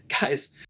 guys